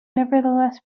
nevertheless